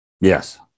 Yes